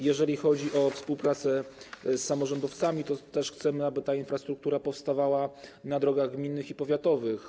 Jeżeli chodzi o współpracę z samorządowcami, to też chcemy, aby ta infrastruktura powstawała na drogach gminnych i powiatowych.